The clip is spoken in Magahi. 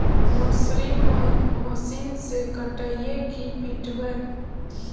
मसुरी मशिन से कटइयै कि पिटबै?